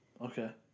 Okay